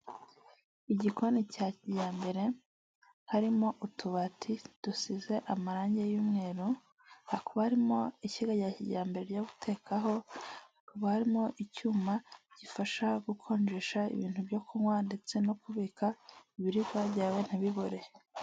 Abapolisi babiri bagana inifomo za polisi y'igihugu y'u Rwanda umwe muri bo yambaje ya polisi y'u Rwanda ishami ryo mu muhanda, abapolisi bahagaze ku muhanda inyuma yabo hari akazu abagenzi bahagarara bategereje bisi nyuma y'ako kazu hari igipangu ndetse ku ruhande rwa hirya hari igiti.